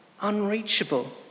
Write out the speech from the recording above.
unreachable